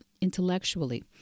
intellectually